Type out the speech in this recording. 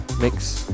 mix